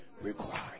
required